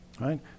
right